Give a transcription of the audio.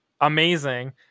amazing